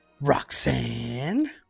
Roxanne